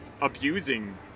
abusing